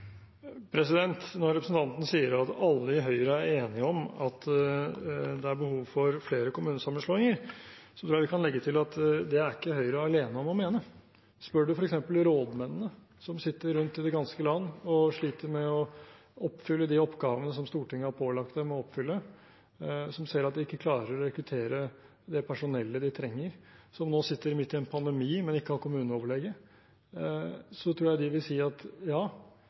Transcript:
Når representanten sier at alle i Høyre er enige om at det er behov for flere kommunesammenslåinger, så tror jeg vi kan legge til at det er ikke Høyre alene om å mene. Spør du f.eks. rådmennene som sitter rundt i det ganske land og sliter med å oppfylle de oppgavene som Stortinget har pålagt dem å oppfylle, som ser at de ikke klarer å rekruttere det personellet de trenger, som nå sitter midt i en pandemi, men ikke har kommuneoverlege, så tror jeg de vil si at ja,